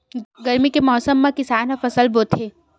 गरमी के मौसम मा किसान का फसल बोथे?